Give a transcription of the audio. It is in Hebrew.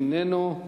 איננו,